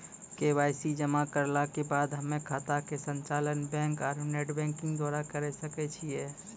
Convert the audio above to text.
KYC जमा करला के बाद हम्मय खाता के संचालन बैक आरू नेटबैंकिंग द्वारा करे सकय छियै?